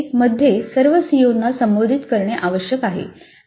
भाग ए मध्ये सर्व सीओना संबोधित करणे आवश्यक आहे